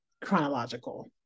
chronological